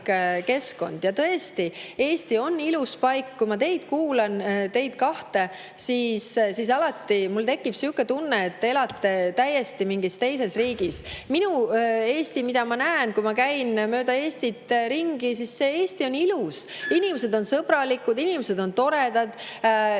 Ja tõesti, Eesti on ilus paik. Kui ma teid kahte kuulan, siis alati mul tekib tunne, et te elate mingis teises riigis. Minu Eesti, mida ma näen, kui ma käin mööda Eestit ringi – see Eesti on ilus. Inimesed on sõbralikud, inimesed on toredad, inimesed on